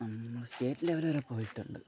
നമ്മള് state level വരെ പോയിട്ടുണ്ട്